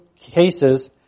cases